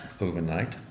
overnight